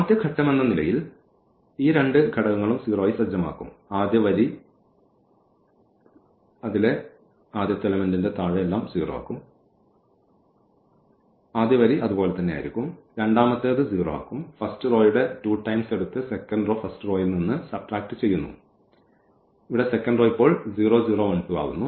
ആദ്യ ഘട്ടമെന്ന നിലയിൽ നമ്മൾ ഈ രണ്ട് ഘടകങ്ങളും 0 ആയി സജ്ജമാക്കും ആദ്യ വരി അത് പോലെ തന്നെ ആയിരിക്കും ഇവിടെ രണ്ടാമത്തേത് 0 ആക്കും ഫസ്റ്റ് റോയുടെ 2 ടൈംസ് എടുത്ത് സെക്കന്റ് റോ ഫസ്റ്റ് റോയിൽനിന്ന് സബ്ട്രാക്ട ചെയ്യുന്നു ഇവിടെ സെക്കന്റ് റോ ഇപ്പോൾ 0 0 1 2 ആവുന്നു